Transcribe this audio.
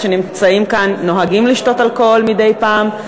שנמצאים כאן נוהגים לשתות אלכוהול מדי פעם,